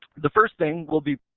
the first thing will be.